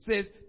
says